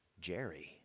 Jerry